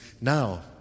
Now